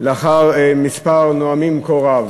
לאחר מספר נואמים כה רב?